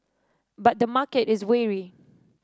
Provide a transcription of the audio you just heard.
but the market is wary